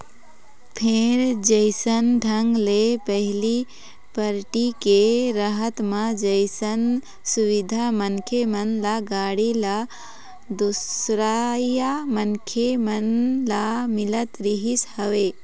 फेर जइसन ढंग ले पहिली पारटी के रहत म जइसन सुबिधा मनखे मन ल, गाड़ी ल, दूसरइया मनखे मन ल मिलत रिहिस हवय